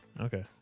Okay